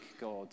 god